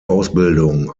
ausbildung